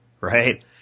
right